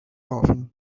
often